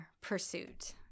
pursuit